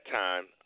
time